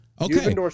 Okay